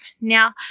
Now